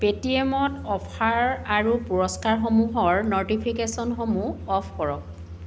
পে'টিএমত অফাৰ আৰু পুৰস্কাৰসমূহৰ ন'টিফিকেশ্যনসমূহ অ'ফ কৰক